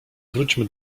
wróćmy